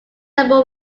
number